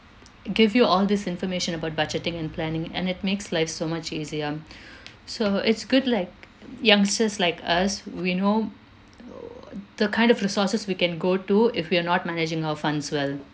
give you all this information about budgeting and planning and it makes life so much easier so it's good like youngsters like us we know oo the kind of resources we can go to if we are not managing our funds well